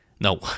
no